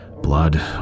blood